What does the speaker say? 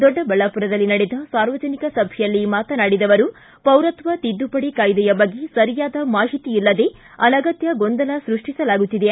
ದೊಡ್ಡಬಳ್ಳಾಪುರದಲ್ಲಿ ನಡೆದ ಸಾರ್ವಜನಿಕ ಸಭೆಯಲ್ಲಿ ಮಾತನಾಡಿದ ಅವರು ಪೌರತ್ವ ತಿದ್ದುಪಡಿ ಕಾಯ್ದೆಯ ಬಗ್ಗೆ ಸರಿಯಾದ ಮಾಹಿತಿ ಇಲ್ಲದೇ ಅನಗತ್ತ ಗೊಂದಲ ಸ್ಪಷ್ಸಿಸಲಾಗುತ್ತಿದೆ